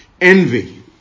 envy